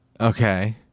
Okay